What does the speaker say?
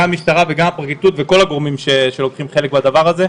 גם המשטרה וגם הפרקליטות וכל הגורמים שלוקחים חלק בדבר הזה,